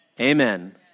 Amen